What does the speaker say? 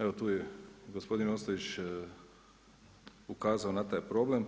Evo tu je gospodin Ostojić ukazao na taj problem